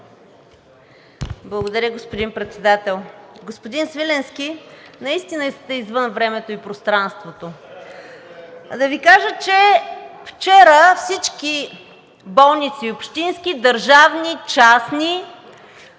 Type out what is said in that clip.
Благодаря, господин Председател. Господин Свиленски, наистина сте извън времето и пространството. Да Ви кажа, че вчера всички болници – общински, държавни, частни,